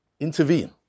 Intervene